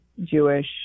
Jewish